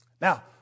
Now